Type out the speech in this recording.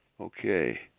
okay